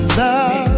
love